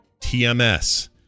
TMS